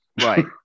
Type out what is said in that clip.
Right